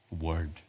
Word